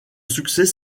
succès